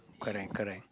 correct correct